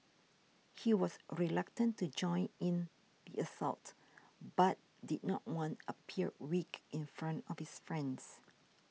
he was reluctant to join in assault but did not want appear weak in front of his friends